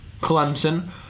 Clemson